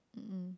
mm